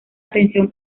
atención